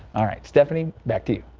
all right stephanie back to you.